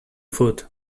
food